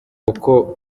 uko